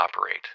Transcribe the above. operate